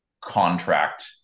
contract